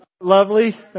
lovely